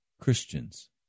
Christians